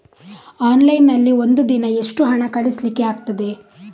Online ನಲ್ಲಿ ಒಂದು ದಿನ ಎಷ್ಟು ಹಣ ಕಳಿಸ್ಲಿಕ್ಕೆ ಆಗ್ತದೆ?